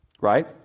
right